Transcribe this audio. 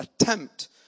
attempt